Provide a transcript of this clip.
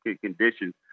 conditions